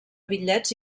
bitllets